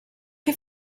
che